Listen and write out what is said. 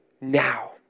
now